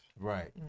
Right